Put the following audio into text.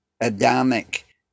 Adamic